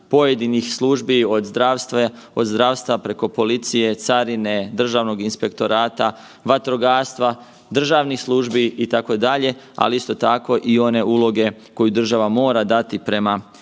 pojedinih službi, od zdravstva preko policije, carine, državnog inspektorata, vatrogastva, državnih službi, itd., ali isto tako i one uloge koju država mora dati prema gospodarskim